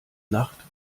nacht